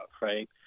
right